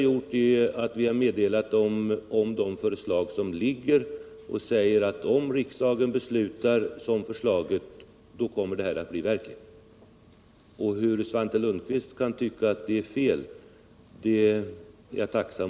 Jag vore tacksam om Svante Lundkvist ännu en gång försökte förklara hur han kan tycka att detta är fel handlat.